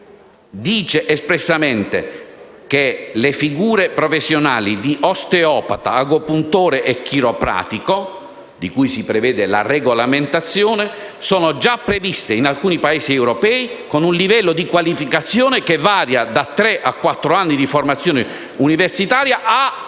dice espressamente che le figure professionali di osteopata, agopuntore e chiropratico, di cui si prevede la regolamentazione, sono già previste in alcuni Paesi europei con un livello di qualificazione che varia da tre a quattro anni di formazione universitaria, a più